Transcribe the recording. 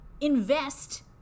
invest